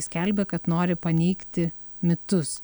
skelbia kad nori paneigti mitus